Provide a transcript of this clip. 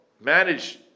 managed